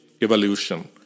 evolution